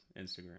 Instagram